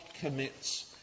commits